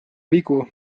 vigu